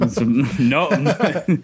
No